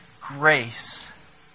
grace